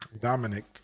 Dominic